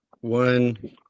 one